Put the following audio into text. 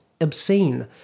obscene